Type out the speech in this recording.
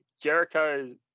Jericho